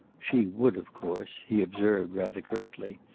she would, of course, he observed, rather curtly,